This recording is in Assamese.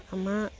আমাৰ